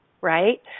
right